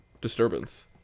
disturbance